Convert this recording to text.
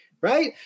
right